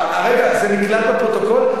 זה נקלט בפרוטוקול?